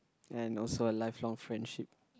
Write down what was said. and also a lifelong friendship